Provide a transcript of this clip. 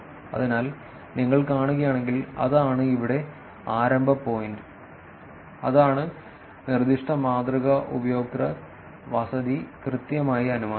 അതിനാൽ നിങ്ങൾ കാണുകയാണെങ്കിൽ അതാണ് ഇവിടെ ആരംഭ പോയിന്റ് അതാണ് നിർദ്ദിഷ്ട മാതൃക ഉപയോക്തൃ വസതി കൃത്യമായി അനുമാനിച്ചത്